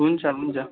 हुन्छ हुन्छ